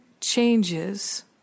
changes